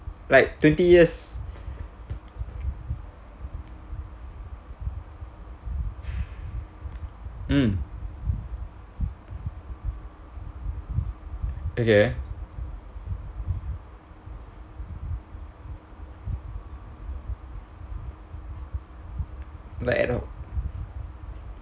like twenty years mm okay